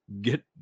get